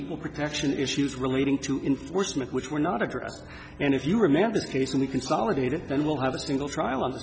equal protection issues relating to enforcement which were not addressed and if you remember the case when we consolidated and will have a single trial on